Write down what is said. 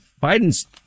Biden's